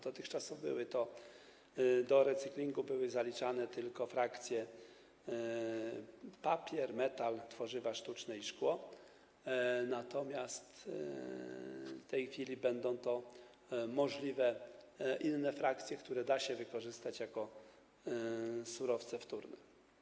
Dotychczas do recyklingu były zaliczane tylko frakcje: papier, metal, tworzywa sztuczne i szkło, natomiast w tej chwili będą możliwe inne frakcje, z których odpady da się wykorzystać jako surowce wtórne.